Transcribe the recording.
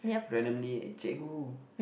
randomly cikgu